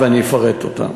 ואני אפרט אותם: